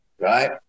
right